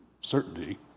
certainty